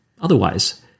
Otherwise